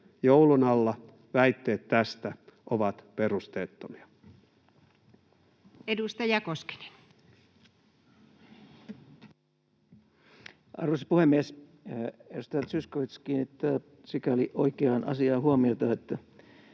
joulun alla, ovat perusteettomia. Edustaja Koskinen. Arvoisa puhemies! Edustaja Zyskowicz kiinnittää sikäli oikeaan asiaan huomiota, että